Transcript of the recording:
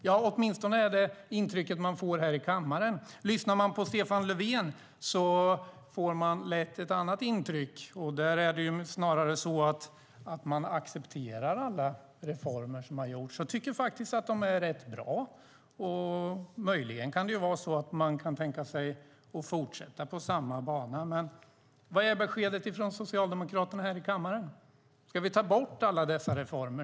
Ja, åtminstone får man det intrycket här i kammaren. Lyssnar man på Stefan Löfven får man lätt ett annat intryck. Där är det snarare så att man accepterar alla reformer som har gjorts och tycker att de är rätt bra. Möjligen kan det vara så att man kan tänka sig fortsätta på samma bana. Men vad är beskedet från Socialdemokraterna här i kammaren? Ska vi ta bort alla dessa reformer?